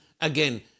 again